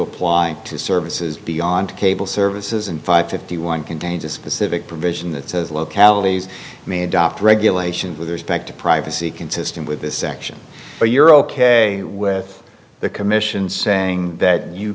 apply to services beyond cable services and five fifty one contains a specific provision that says localities may adopt regulations with respect to privacy consistent with this action or you're ok with the commission saying that you